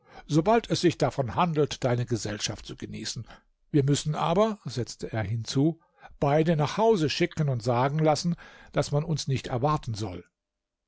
sobald es sich davon handelt deine gesellschaft zu genießen wir müssen aber setzte er hinzu beide nach hause schicken und sagen lassen daß man uns nicht erwarten soll